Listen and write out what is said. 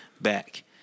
Back